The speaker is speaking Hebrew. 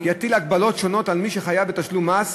יטיל הגבלות שונות על מי שחייב בתשלום מס.